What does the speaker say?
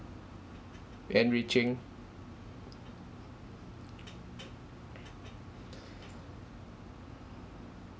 enriching